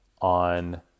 on